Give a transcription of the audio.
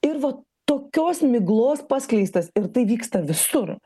ir va tokios miglos paskleistas ir tai vyksta visur